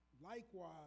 Likewise